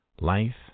Life